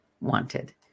wanted